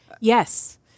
Yes